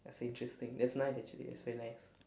that's interesting that's nice actually that's very nice